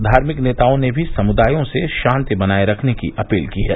धार्मिक नेताओं ने भी समुदायों से शांति बनाए रखने की अपील की है